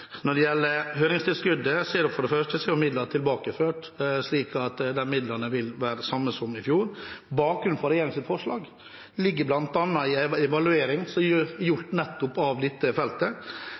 Når det gjelder føringstilskuddet: For det første er jo midler tilbakeført, slik at de midlene vil være de samme som i fjor. Bakgrunnen for regjeringens forslag er bl.a. en evaluering som er gjort nettopp av dette feltet.